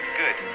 good